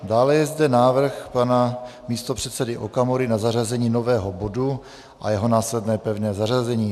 Dále je zde návrh pana místopředsedy Okamury na zařazení nového bodu a jeho následné pevné zařazení.